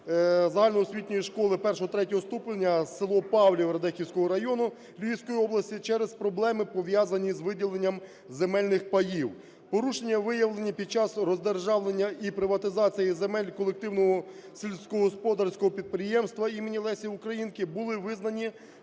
загальноосвітньої школи І-ІІІ ступеня, село Павлів Радехівського району Львівської області, через проблеми, пов'язані з виділенням земельних паїв. Порушення, виявлені під час роздержавлення і приватизації земель колективного сільськогосподарського підприємства імені Лесі Українки, були визнані